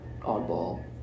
oddball